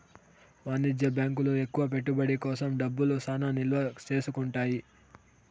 వాణిజ్య బ్యాంకులు ఎక్కువ పెట్టుబడి కోసం డబ్బులు చానా నిల్వ చేసుకుంటాయి